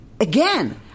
again